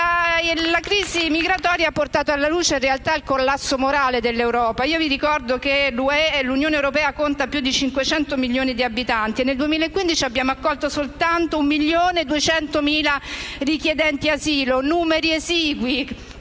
la crisi migratoria ha portato alla luce il collasso morale dell'Europa. Vi ricordo che l'Unione europea conta più di 500 milioni di abitanti e nel 2015 abbiamo accolto soltanto 1.200.000 richiedenti asilo. Si tratta